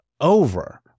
over